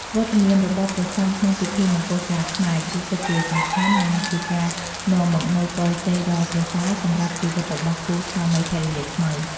វត្តមានរបស់ព្រះសង្ឃក្នុងពិធីមង្គលការខ្មែរ គឺពិតជាសំខាន់ និងជាការនាំមកនូវពរជ័យដ៏ប្រសើរសម្រាប់ជីវិតរបស់គូស្វាមីភរិយាថ្មី។